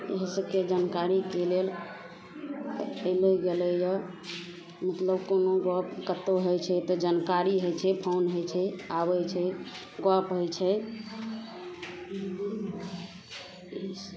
ओहो सबके जानकारीके लेल एतेक लोक गेलै यऽ मतलब कोनो गप कतहु होइ छै तऽ जानकारी होइ छै फोन होइ छै आबै छै गप होइ छै